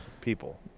people